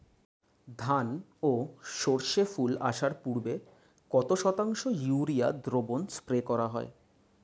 ধান ও সর্ষে ফুল আসার পূর্বে কত শতাংশ ইউরিয়া দ্রবণ স্প্রে করা হয়?